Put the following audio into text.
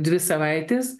dvi savaites